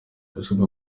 ibisabwa